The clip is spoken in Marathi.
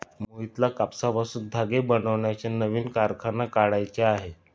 मोहितला कापसापासून धागे बनवण्याचा नवीन कारखाना काढायचा आहे